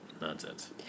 nonsense